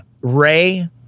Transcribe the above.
Ray